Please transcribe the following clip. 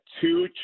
two